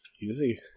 easy